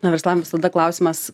na verslam visada klausimas